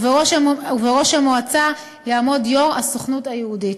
ובראש המועצה יעמוד יו"ר הסוכנות היהודית.